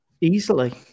Easily